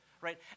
right